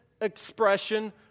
expression